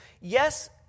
yes